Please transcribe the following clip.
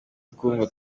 twumva